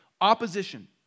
opposition